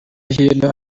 hino